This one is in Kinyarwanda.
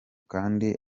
kandi